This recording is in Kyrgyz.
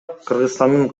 кыргызстандын